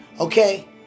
Okay